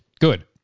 good